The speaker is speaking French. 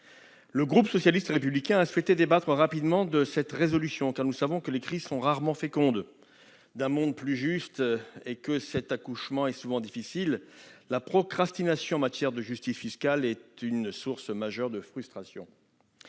Le groupe socialiste et républicain a souhaité débattre sans délai de cette résolution, car nous savons que les crises sont rarement fécondes d'un monde plus juste et qu'un tel accouchement est souvent difficile. La procrastination, en matière de justice fiscale, est une source majeure de frustration.